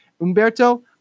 Umberto